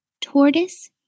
Tortoise